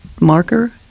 marker